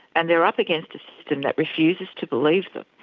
and they're up against a system that refuses to believe them,